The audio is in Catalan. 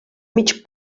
mig